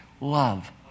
love